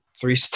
three